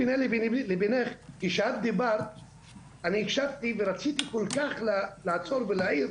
ההבדל ביני לבינך היא כשאת דיברת אני הקשבתי ורציתי כל כך לעצור ולהעיר,